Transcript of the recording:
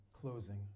closing